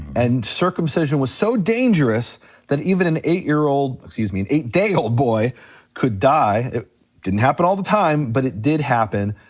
and circumcision was so dangerous that even an eight year old, excuse me, eight day old boy could die, it didn't happen all the time, but it did happen,